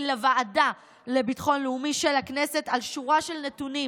לוועדה לביטחון לאומי של הכנסת על שורה של נתונים